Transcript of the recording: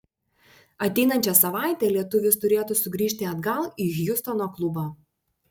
ateinančią savaitę lietuvis turėtų sugrįžti atgal į hjustono klubą